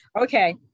Okay